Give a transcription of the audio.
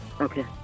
okay